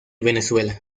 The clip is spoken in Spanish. venezuela